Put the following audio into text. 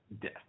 Death